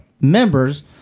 members